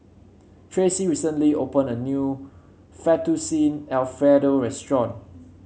Tracie recently opened a new Fettuccine Alfredo Restaurant